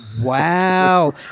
Wow